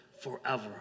forever